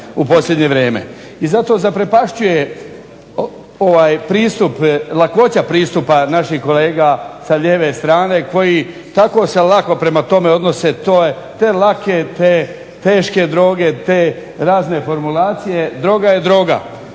u posljednje vrijeme. I zato zaprepašćuje ovaj pristup, lakoća pristupa naših kolega sa lijeve strane koji tako se lako prema tome odnose. Te lake te teške droge, te razne formulacije. Droga je droga.